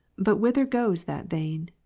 but whither goes that vein?